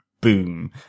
boom